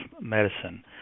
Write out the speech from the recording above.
medicine